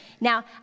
Now